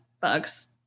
bugs